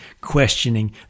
questioning